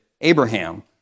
Abraham